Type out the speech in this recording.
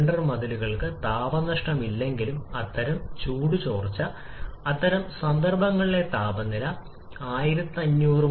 CV കൂടുന്നതിനനുസരിച്ച് K കുറയുകയും അതിനാൽ ഇത് നേരിട്ട് താപത്തെ ബാധിക്കുകയും ചെയ്യും കാര്യക്ഷമതയും മറ്റ് സമാന കണക്കുകൂട്ടലുകളും